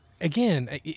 again